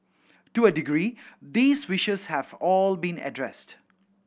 to a degree these wishes have all been addressed